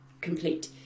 complete